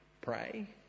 pray